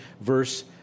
verse